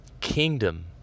kingdom